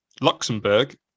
Luxembourg